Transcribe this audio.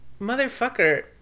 motherfucker